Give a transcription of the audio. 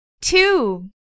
Two